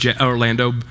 Orlando